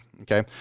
Okay